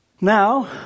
Now